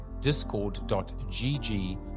discord.gg